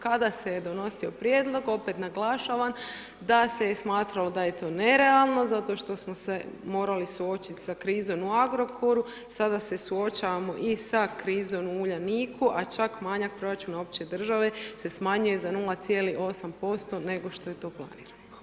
Kada se je donosio prijedlog, opet naglašavam da se je smatralo da je to nerealno zato što smo se morali suočiti sa krizom u Agrokoru, sada se suočavamo i sa krizom u Uljaniku a čak manjak proračuna opće države se smanjuje za 0,8% nego što je to planirano.